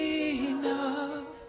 enough